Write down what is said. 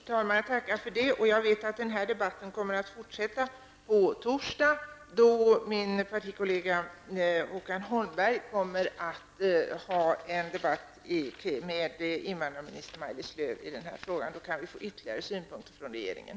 Herr talman! Jag tackar för det. Jag vet att debatten kommer att fortsätta på torsdagen, då min partikollega Håkan Holmberg kommer att ha en debatt med invandrarminister Maj-Lis Lööw i detta ärende. Då kan vi få ytterligare synpunkter från regeringen.